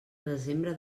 desembre